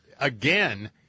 again